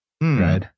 Right